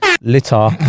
litter